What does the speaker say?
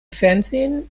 fernsehen